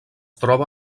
troba